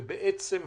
בעצם,